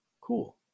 Cool